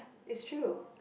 it's true